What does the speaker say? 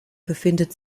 befindet